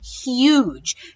huge